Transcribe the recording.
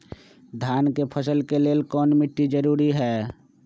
धान के फसल के लेल कौन मिट्टी जरूरी है?